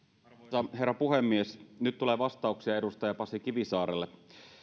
arvoisa herra puhemies nyt tulee vastauksia edustaja pasi kivisaarelle